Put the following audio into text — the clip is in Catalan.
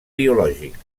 biològics